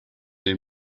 they